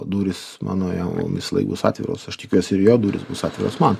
durys mano jam visąlaik bus atviros aš tikiuosi ir jo durys bus atviros man